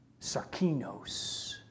sarkinos